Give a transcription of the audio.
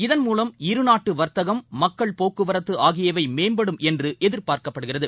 இதன் மூலம் இருநாட்டு வர்த்தகம் மக்கள் போக்குவரத்து ஆகியவை மேம்படும் என்று எதிர்பார்க்கப்படுகிறது